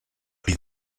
been